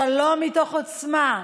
שלום מתוך עוצמה,